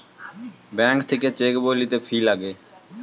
bank থাক্যে cheque বই লিতে ফি লাগে